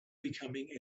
becoming